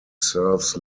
serves